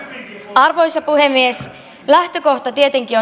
arvoisa puhemies lähtökohta tietenkin